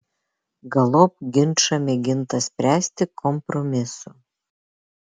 galop ginčą mėginta spręsti kompromisu